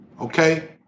Okay